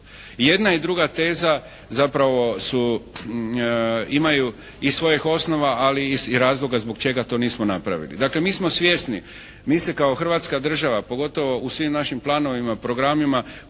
Jedna i druga teza zapravo imaju i svojih osnova ali i razloga zbog čega to nismo napravili. Dakle, mi smo svjesni. Mi se kao Hrvatska država pogotovo u svim našim planovima, programima